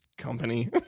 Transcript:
Company